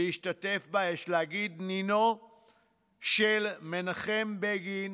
להשתתף בה, יש להגיד נינו של מנחם בגין,